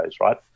right